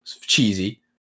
cheesy